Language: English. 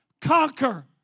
conquer